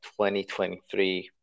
2023